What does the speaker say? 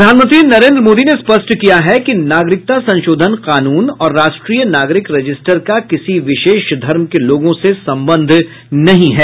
प्रधानमंत्री नरेन्द्र मोदी ने स्पष्ट किया है कि नागरिकता संशोधन कानून और राष्ट्रीय नागरिक रजिस्टर का किसी विशेष धर्म के लोगों से संबंध नहीं है